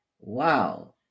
Wow